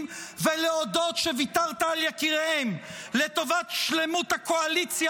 ולהודות שוויתרת על יקיריהן לטובת שלמות הקואליציה